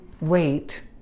wait